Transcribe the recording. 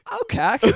Okay